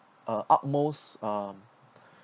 uh utmost um